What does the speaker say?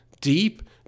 deep